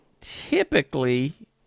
Typically